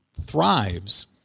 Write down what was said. thrives